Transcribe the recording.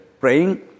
praying